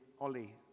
Ollie